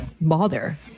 bother